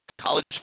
College